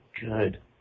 good